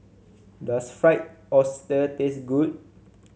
does Fried Oyster taste good